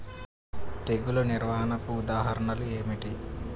తెగులు నిర్వహణకు ఉదాహరణలు ఏమిటి?